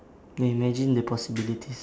ya imagine the possibilities